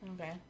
Okay